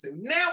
Now